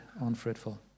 unfruitful